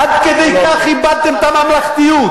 עד כדי כך איבדתם את הממלכתיות,